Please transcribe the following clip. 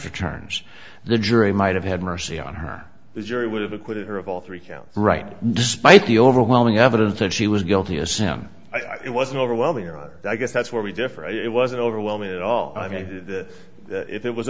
returns the jury might have had mercy on her the jury would have acquitted her of all three counts right despite the overwhelming evidence that she was guilty as sin i wasn't overwhelming i guess that's where we differ it wasn't overwhelming at all i mean if it was